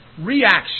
reaction